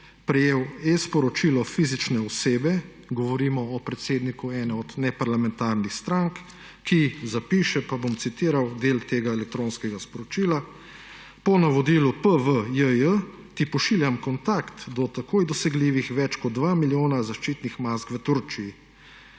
prejel e-sporočilo fizične osebe, govorimo o predsedniku ene od neparlamentarnih strank, ki zapiše, pa bom citiral del tega elektronskega sporočila: »Po navodilu PV JJ ti pošiljam kontakt do takoj dosegljivih več kot 2 milijona zaščitnih mask v Turčiji.«